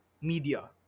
media